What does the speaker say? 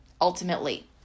ultimately